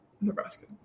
Nebraska